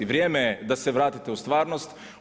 Vrijeme je da se vratite u stvarnost.